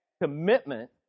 commitment